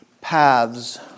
paths